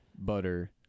butter